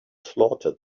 slaughter